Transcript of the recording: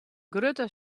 grutte